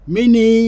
Mini